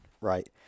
right